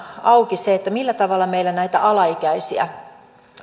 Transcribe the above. auki millä tavalla meillä näitä alaikäisiä